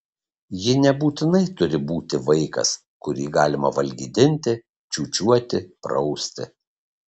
ji nebūtinai turi būti vaikas kurį galima valgydinti čiūčiuoti prausti